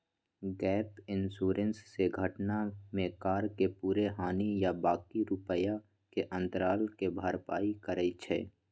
gap insurance से घटना में कार के पूरे हानि आ बाँकी रुपैया के अंतराल के भरपाई करइ छै